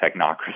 technocracy